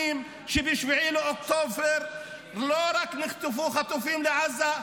שב-7 באוקטובר לא רק נחטפו חטופים לעזה,